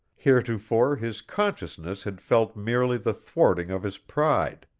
heretofore his consciousness had felt merely the thwarting of his pride,